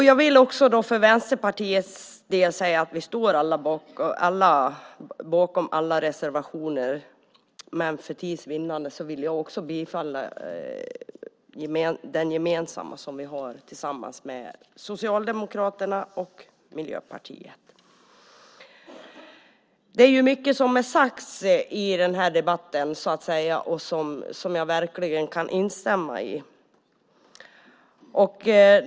Jag vill för Vänsterpartiets del säga att vi står bakom alla reservationer, men för tids vinnande vill jag yrka bifalla till den som vi har tillsammans med Socialdemokraterna och Miljöpartiet. I debatten har det sagts mycket som jag verkligen kan instämma i.